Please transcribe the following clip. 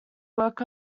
work